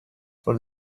for